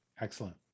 Excellent